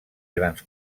grans